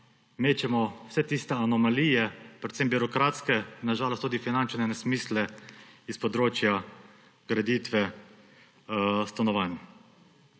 mečemo vse tiste anomalije, predvsem birokratske, na žalost tudi finančne nesmisle, iz področja graditve stanovanj.